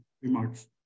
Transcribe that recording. remarks